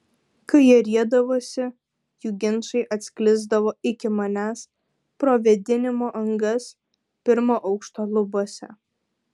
kai jie riedavosi jų ginčai atsklisdavo iki manęs pro vėdinimo angas pirmo aukšto lubose